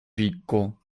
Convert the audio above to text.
picco